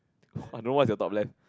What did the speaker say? I don't know what is your top left